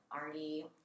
already